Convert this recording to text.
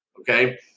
Okay